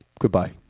Goodbye